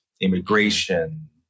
immigration